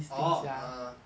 orh uh